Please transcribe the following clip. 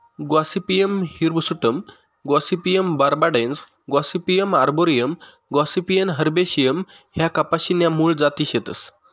Gossypium hirsutum Gossypium barbadense Gossypium arboreum Gossypium herbaceum ह्या कपाशी न्या मूळ जाती शेतस